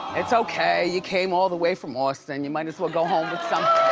it's okay, you came all the way from austin, you might as well go home with something.